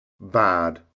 bad